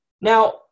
Now